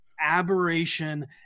Aberration